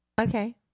Okay